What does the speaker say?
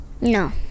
No